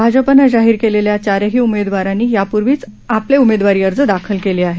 भाजपने जाहीर केलेल्या चारही उमेदवारांनी यापूर्वीच आपले उमेदवारी अर्ज दाखल केले आहेत